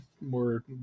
more